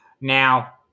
Now